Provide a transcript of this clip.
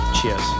cheers